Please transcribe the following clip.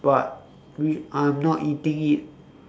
but we I'm not eating it